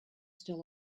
still